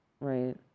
Right